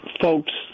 folks